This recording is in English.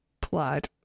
Plot